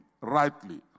rightly